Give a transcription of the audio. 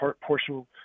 portion